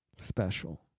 special